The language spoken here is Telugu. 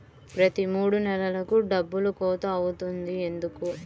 ప్రతి మూడు నెలలకు డబ్బులు కోత అవుతుంది ఎందుకు?